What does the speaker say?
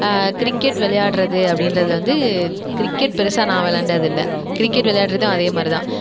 cricket விளையாடுறது அப்படின்றதுல வந்து கிரிக்கெட் பெருசாக நான் விளையாண்டதில்ல கிரிக்கெட் விளையாட்றது அதே மாரி தான்